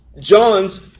John's